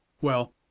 Well